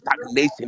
stagnation